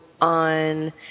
on